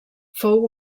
fou